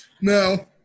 No